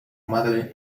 madre